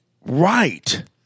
right